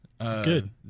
Good